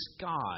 God